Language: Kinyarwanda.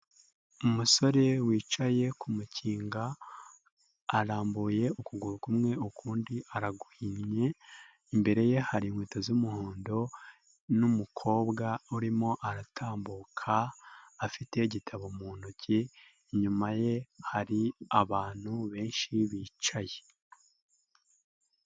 Umusore wicaye ku mukinga arambuye ukuguru kumwe ukundi arahinnye, imbere ye hari inkweto z'umuhondo n'numukobwa urimo aratambuka, afite igitabo mu ntoki, inyuma ye hari abantu benshi bicaye.